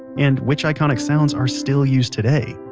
and which iconic sounds are still used today?